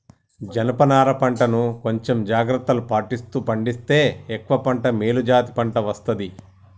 జనప నారా పంట ను కొంచెం జాగ్రత్తలు పాటిస్తూ పండిస్తే ఎక్కువ పంట మేలు జాతి పంట వస్తది